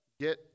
get